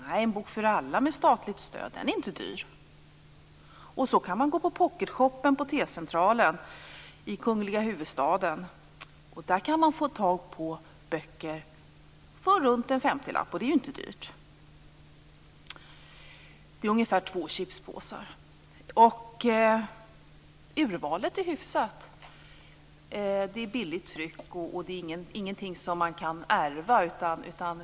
Nej, En bok för alla som utges med statligt stöd är inte dyr. Och så kan man gå på Pocket-shopen på T centralen i kungliga huvudstaden. Där kan man få tag på böcker för runt en femtiolapp, och det är ju inte dyrt. Det är ungefär lika mycket som man får betala för två chipspåsar. Urvalet är hyfsat. Det är billigt tryck, så det är inga böcker som kan gå i arv.